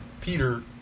Peter